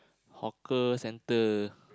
hawker-center